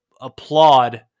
applaud